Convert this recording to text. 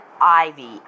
Ivy